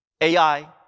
AI